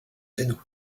hainaut